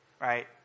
Right